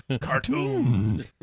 Cartoon